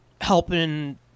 helping